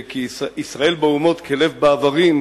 כי "ישראל באומות כלב באיברים",